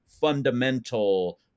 fundamental